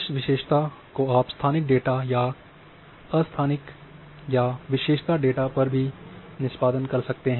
इस विशेषता जाँच को आप स्थानिक डेटा या अस्थानिक या विशेषता डेटा पर भी निष्पादन कर सकते हैं